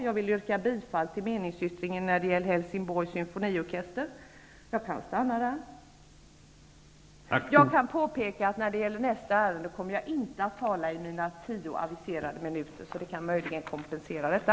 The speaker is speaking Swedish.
Jag vill yrka bifall till meningsyttringen angående Helsingborgs symfoniorkester. Jag kan stanna där. Jag kan påpeka att i nästa ärende kommer jag inte att tala i mina tio aviserade minuter. Det kan möjligen kompensera detta.